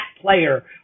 player